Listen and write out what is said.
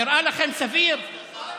כל הכבוד.